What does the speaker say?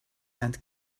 and